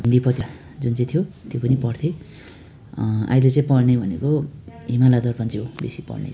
हिन्दी पत्र जुन चाहिँ थियो त्यो पनि पढ्थेँ अहिले चाहिँ पढ्ने भनेको हिमालय दर्पण चाहिँ हो बेसी पढ्ने चाहिँ